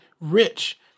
rich